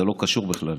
זה לא קשור בכלל.